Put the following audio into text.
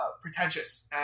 pretentious